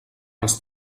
els